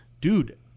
dude